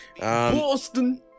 Boston